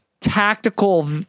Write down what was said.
tactical